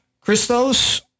Christos